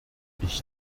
ich